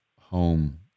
home